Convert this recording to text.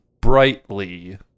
brightly